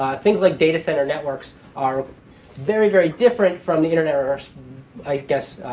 things like data center networks are very, very different from the internet. or i guess,